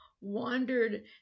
wandered